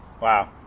Wow